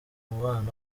mubano